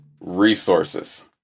resources